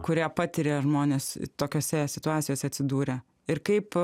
kurią patiria žmonės tokiose situacijose atsidūrę ir kaip